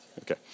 Okay